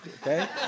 okay